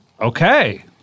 Okay